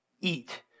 eat